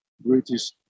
British